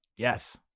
Yes